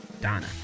Donna